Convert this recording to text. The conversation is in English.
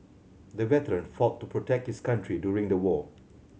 the veteran fought to protect his country during the war